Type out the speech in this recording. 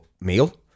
meal